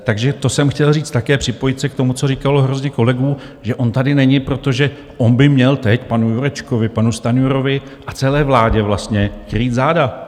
Takže to jsem chtěl říct také, připojit se k tomu, co říkalo hrozně kolegů, že on tady není, protože on by měl teď panu Jurečkovi, panu Stanjurovi a celé vládě vlastně krýt záda.